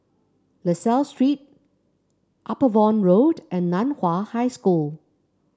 La Salle Street Upavon Road and Nan Hua High School